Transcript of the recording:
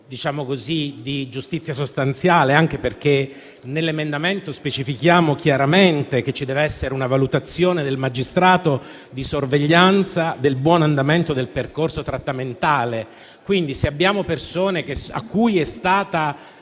ragioni di giustizia sostanziale, anche perché nell'emendamento specifichiamo chiaramente che ci debba essere una valutazione del magistrato di sorveglianza del buon andamento del percorso trattamentale. Quindi, se a quelle persone è stato